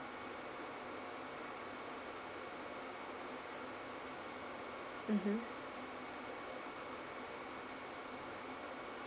mmhmm